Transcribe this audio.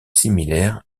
similaire